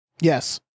Yes